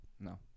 No